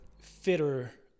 fitter